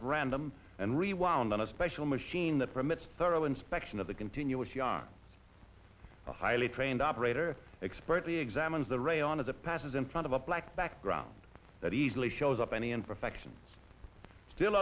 at random and rewound on a special machine that permits thorough inspection of the continuous yawn a highly trained operator expertly examines the re on of the passes in front of a black background that easily shows up any and perfections still